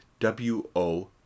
wo